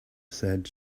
said